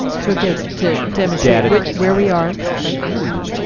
so data to demonstrate where we are, right? i don't even